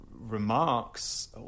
remarks